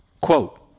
quote